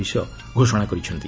ବିଷୟ ଘୋଷଣା କରିଛନ୍ତି